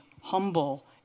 humble